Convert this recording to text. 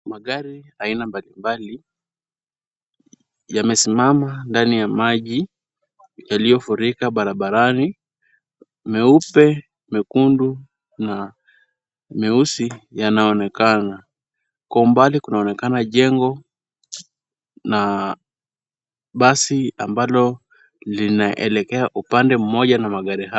Magari aina mbalimbali yamesimama ndani ya maji yaliyofurika barabarani meupe, mekundu na meusi yanaonekana. Kwa umbali kunaonekana jengo na basi ambalo linaelekea upande mmoja na magari haya.